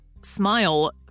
smile